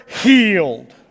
healed